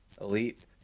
Elite